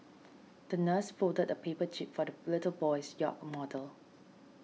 the nurse folded a paper jib for the little boy's yacht model